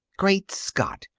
great scott!